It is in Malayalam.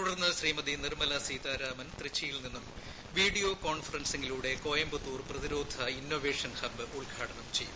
തുടർന്ന് ഗ്രീമതി നിർമ്മല സീതാരാമൻ ത്രിച്ചിയിൽ നിന്നും വീഡിയോ കോൺഫറൻസിംഗിലൂടെ കോയമ്പത്തൂർ പ്രതിരോധ ഇന്നോവേഷൻ ഹബ്ബ് ഉദ്ഘാടനം ചെയ്യും